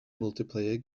multiplayer